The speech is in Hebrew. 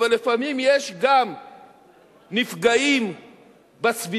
אבל לפעמים יש גם נפגעים בסביבה,